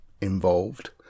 involved